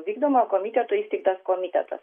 vykdomojo komiteto įsteigtas komitetas